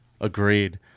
Agreed